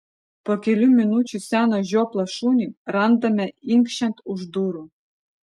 po kelių minučių seną žioplą šunį randame inkščiant už durų